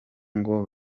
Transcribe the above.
ngo